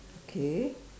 okay